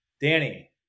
Danny